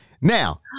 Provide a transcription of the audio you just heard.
Now